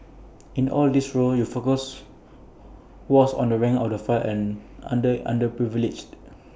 in all these roles your focus was on the rank and file and under underprivileged